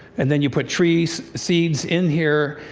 and then you put tree seeds in here,